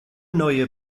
neue